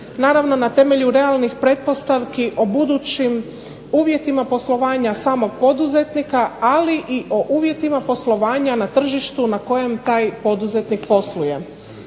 naravno na temelju realnih pretpostavki o budućim uvjetima poslovanja samog poduzetnika, ali i o uvjetima poslovanja na tržištu na kojem taj poduzetnik posluje.